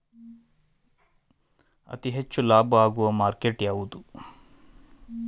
ಅತಿ ಹೆಚ್ಚು ಲಾಭ ಆಗುವ ಮಾರ್ಕೆಟ್ ಯಾವುದು?